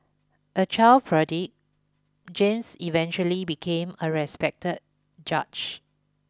a child prodigy James eventually became a respected judge